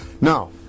Now